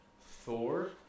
Thor